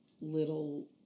little